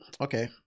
okay